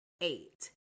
eight